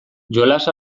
jolas